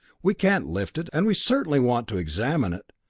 we can't lift it, and we certainly want to examine it.